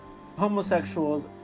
homosexuals